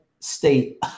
state